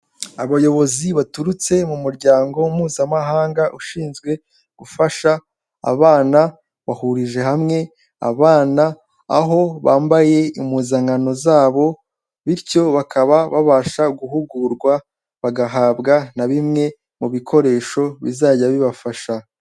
Abayobozi baturutse mu muryango Mpuzamahanga Ushinzwe Gufasha Abana, bahurije hamwe abana aho bambaye impuzankano zabo bityo bakaba babasha guhugurwa bagahabwa na bimwe mu bikoresho bizajya bibafasha.